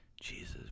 Jesus